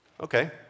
Okay